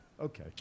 Okay